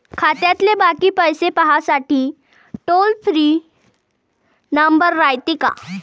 खात्यातले बाकी पैसे पाहासाठी टोल फ्री नंबर रायते का?